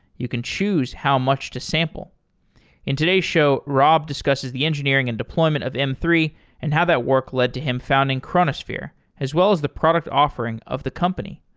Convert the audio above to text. you can choose how much to sample in today's show, rob discusses the engineering and deployment of m three and how that work led to him founding chronosphere, as well as the product offering of the company.